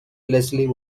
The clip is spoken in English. leslie